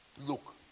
Look